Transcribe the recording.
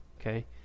okay